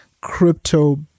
crypto